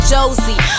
Josie